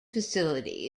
facility